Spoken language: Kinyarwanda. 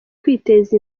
kwiteza